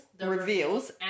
Reveals